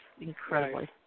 incredibly